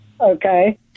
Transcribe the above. Okay